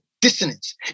dissonance